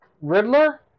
Riddler